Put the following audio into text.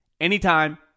anytime